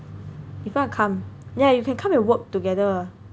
if you wanna come yeah you can come and work together